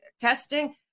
testing